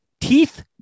teeth